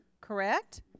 correct